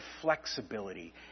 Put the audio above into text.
flexibility